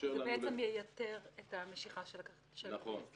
זה בעצם ייתר את המשיכה של ה --- נכון.